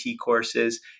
courses